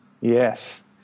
Yes